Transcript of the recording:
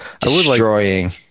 destroying